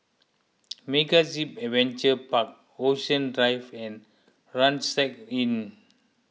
MegaZip Adventure Park Ocean Drive and Rucksack Inn